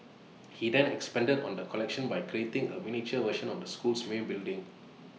he then expanded on the collection by creating A miniature version of the school's main building